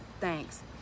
thanks